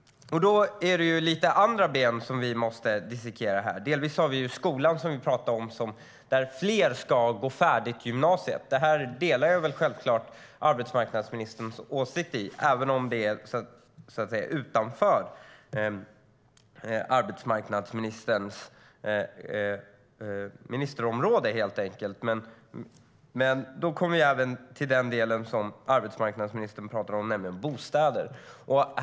Då är det lite andra ben vi måste dissekera. Bland annat har vi skolan, som vi talade om, och att fler ska gå färdigt gymnasiet. Där delar jag självklart arbetsmarknadsministerns åsikt, även om det så att säga ligger utanför arbetsmarknadsministerns ministerområde. Då kommer vi dock även till den del arbetsmarknadsministern talar om, nämligen bostäder.